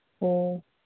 ꯑꯣ